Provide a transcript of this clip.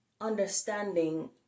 understanding